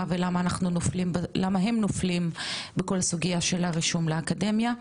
ולמה הם נופלים בכל הסוגייה של הרישום לאקדמיה.